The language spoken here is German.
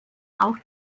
auch